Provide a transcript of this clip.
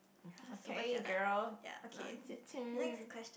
okay girl now's your turn